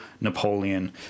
Napoleon